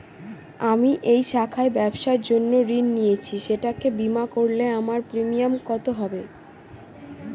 আমি এই শাখায় ব্যবসার জন্য ঋণ নিয়েছি সেটাকে বিমা করলে আমার প্রিমিয়াম কত হবে?